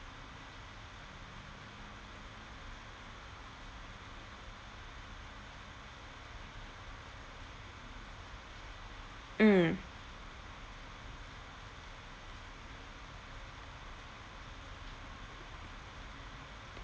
mm